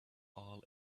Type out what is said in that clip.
all